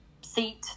seat